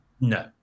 No